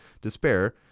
despair